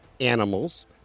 animals